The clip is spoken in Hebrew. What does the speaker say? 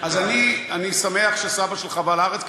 אני שמח שסבא שלך בא לארץ,